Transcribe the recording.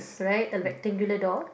right the rectangular door